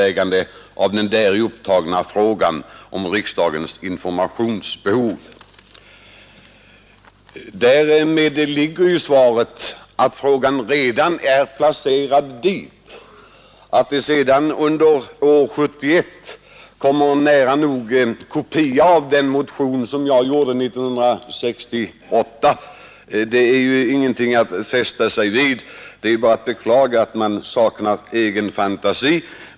Att nu år 1971 väcka en motion som nära nog är en kopia av den som jag väckte år 1968 är ingenting att fästa sig vid; det är bara att beklaga att man saknar egen fantasi.